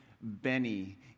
Benny